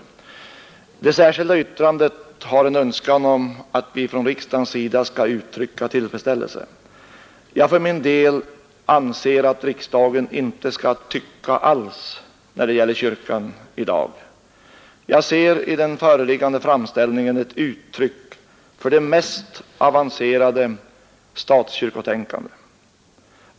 I det särskilda yttrandet framförs en önskan om att vi från riksdagens sida skall uttrycka tillfredsställelse. Jag för min del anser att riksdagen inte skall tycka alls när det gäller kyrkan i dag. Jag ser i den föreliggande framställningen ett uttryck för det mest avancerade statskyrkotänkande.